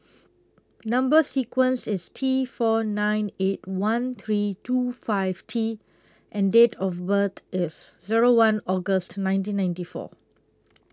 Number sequence IS T four nine eight one three two five T and Date of birth IS Zero one August nineteen ninety four